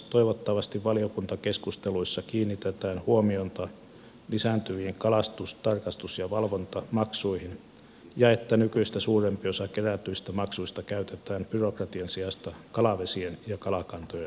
toivottavasti valiokuntakeskusteluissa kiinnitetään huomiota lisääntyviin kalastus tarkastus ja valvontamaksuihin ja nykyistä suurempi osa kerätyistä maksuista käytetään byrokratian sijasta kalavesien ja kalakantojen hoitoon